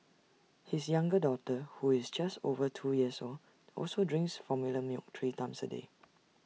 his younger daughter who is just over two years old also drinks formula milk three times A day